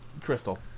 Crystal